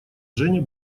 жене